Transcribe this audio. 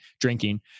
drinking